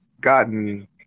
gotten